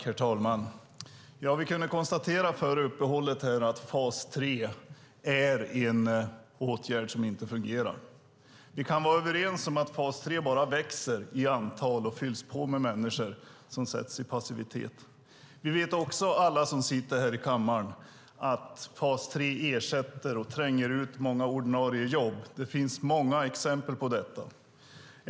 Herr talman! Vi kunde före uppehållet konstatera att fas 3 är en åtgärd som inte fungerar. Vi kan vara överens om att antalet människor i fas 3 bara ökar; människor hamnar i passivitet. Alla vi som sitter i kammaren vet att fas 3 ersätter och tränger ut många ordinarie jobb. Det finns många exempel på det.